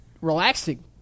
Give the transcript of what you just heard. relaxing